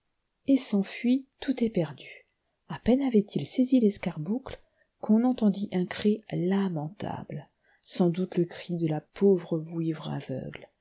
et s'enfuit tout éperdu a peine avait-il saisi l'escarboucle qu'on l'entendit un cri lamentable sans doute le cri de la pauvre vouivre